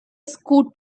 scoot